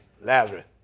Lazarus